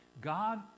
God